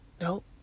nope